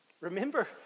Remember